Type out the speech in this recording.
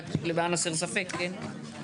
רק למען הסר ספק כן?